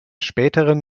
späteren